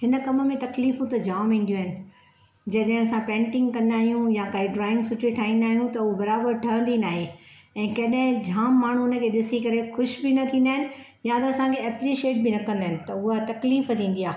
हिन कमु में तकलीफ़ूं त जाम ईंदियूं आहिनि जॾहिं असां पैंटिंग कंदा आहियूं या काई ड्राइंग सुठी ठाइंदा आहियूं त उहो बराबर ठहंदी नाहे ऐं कॾहिं जाम माण्हू हुन खे डि॒सी करे खु़शि बि न थींदा आहिनि या त असांखे एप्रीशिएटु बि न कंदा आहिनि त उहा तकलीफ़ थींदी आहे